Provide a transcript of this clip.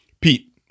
Pete